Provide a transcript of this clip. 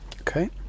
Okay